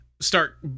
Start